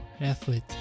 athlete